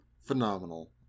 Phenomenal